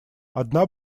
одна